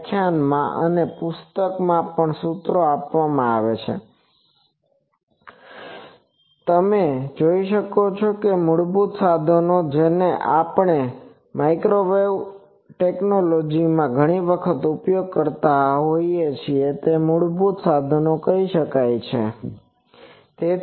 વ્યાખ્યાનમાં અને પુસ્તકમાં પણ સૂત્રો આપવામાં આવ્યા છે તમે જોઈ શકો છો કે મૂળભૂત સાધનો જેને આપણે માઇક્રોવેવ ટેકનોલોજી માં ઘણી વખત તેનો ઉપયોગ કરતા હોઈએ છીએ તેને જ મૂળભૂત સાધનો કહીએ છીએ